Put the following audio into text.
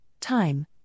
time